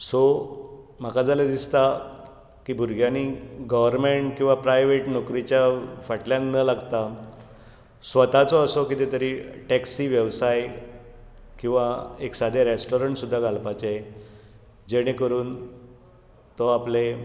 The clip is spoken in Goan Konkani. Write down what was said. सो म्हाका जाल्यार दिसतां की भुरग्यांनी गर्वमेंट किंवा प्रायवेट नोकरीच्या फाटल्यान न लागतां स्वताचो असो किदेतरी टॅक्सी वेवसाय किंवा एक सादे रेस्टोरंट सुदा घालपाचे जेणे करून तो आपले